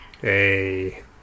Hey